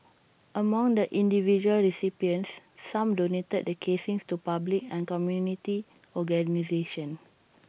among the individual recipients some donated the casings to public and community organisations